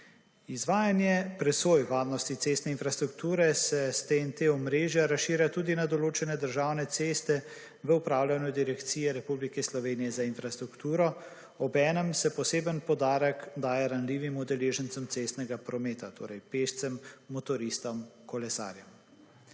Izvajanje presoj varnosti cestne infrastrukture se s tem ta omrežja razširja tudi na določene državne ceste v upravljanju direkcije Republike Slovenije za infrastrukturo, obenem se posebej poudarek daje ranljivim udeležencem cestnega prometa, torej pešcem, motoristom, kolesarjem.